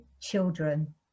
children